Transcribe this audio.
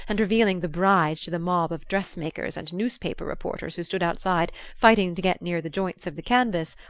and revealing the bride to the mob of dressmakers and newspaper reporters who stood outside fighting to get near the joints of the canvas,